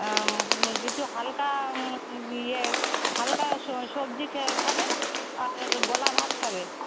কিছু হালকা ইয়ে হালকা সবজি খে খাবে আর গোলা ভাত খাবে